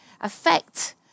affect